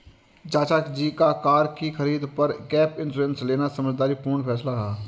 चाचा जी का कार की खरीद पर गैप इंश्योरेंस लेना समझदारी पूर्ण फैसला रहा